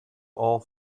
all